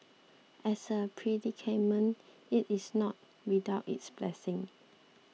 as a predicament it is not without its blessings